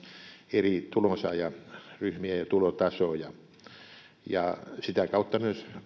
eri tulonsaajaryhmiä ja tulotasoja sitä kautta myös